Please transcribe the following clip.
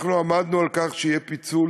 אנחנו עמדנו על כך שיהיה פיצול